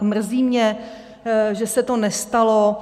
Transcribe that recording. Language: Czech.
Mrzí mě, že se to nestalo.